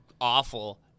awful